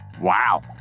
Wow